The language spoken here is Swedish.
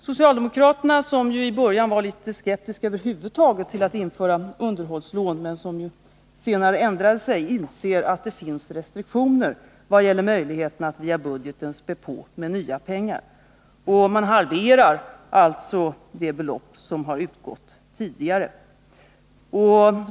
Socialdemokraterna, som i början var litet skeptiska över huvud taget till att införa underhållslån men senare ändrade sig, inser att det finns restriktioner vad gäller möjligheterna att via budgeten spä på med nya pengar. Man halverar alltså det belopp som har utgått tidigare.